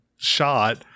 Shot